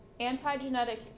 antigenetic